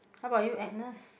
how about you Agnes